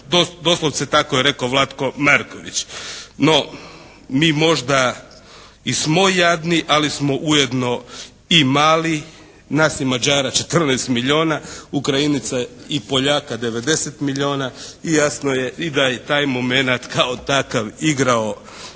doslovce tako je rekao Vlatko Marković. No, mi možda i smo jadni, ali smo ujedno i mali, nas i Mađara 14 milijona, Ukrajinaca i Poljaka 90 milijona i jasno je i da i taj momenat kao takav igrao